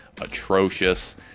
atrocious